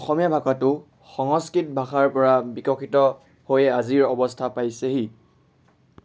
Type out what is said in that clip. অসমীয়া ভাষাটো সংস্কৃত ভাষাৰ পৰা বিকশিত হৈ আজিৰ অৱস্থা পাইছেহি